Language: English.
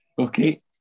Okay